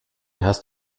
hast